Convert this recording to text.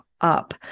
up